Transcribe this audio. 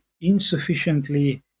insufficiently